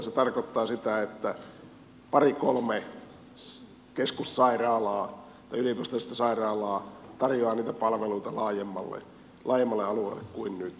se tarkoittaa sitä että pari kolme keskussairaalaa tai yliopistollista sairaalaa tarjoaa niitä palveluita laajemmalle alueelle kuin nyt